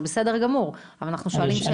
זה בסדר גמור; אבל אנחנו שואלים שאלה.